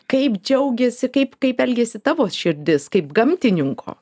kaip džiaugiasi kaip kaip elgėsi tavo širdis kaip gamtininko